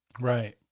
Right